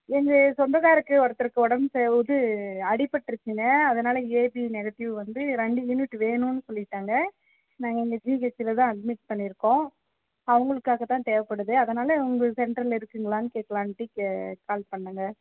எங்கள் சொந்தக்காருக்கு ஒருத்தருக்கு உடம் சரி இது அடிப்பட்றுச்சிங்க அதனால் ஏபி நெகட்டிவ் வந்து ரெண்டு யூனிட் வேணும்ன்னு சொல்லிவிட்டாங்க நாங்கள் இங்கே ஜிஹச்சில தான் அட்மிட் பண்ணிருக்கோம் அவங்களுக்குக்காக தான் தேவைபடுத்து அதனால் உங்க சென்டரில் இருக்குங்களா கேட்குளாண்ட்டு கால் பண்ணங்க